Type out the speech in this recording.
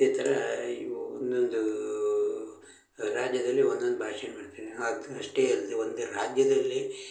ಇದೇ ಥರ ಇವು ಒಂದೊಂದು ರಾಜ್ಯದಲ್ಲಿ ಒಂದೊಂದು ಭಾಷೆ ಅಷ್ಟೇ ಅಲ್ಲದೆ ಒಂದು ರಾಜ್ಯದಲ್ಲಿ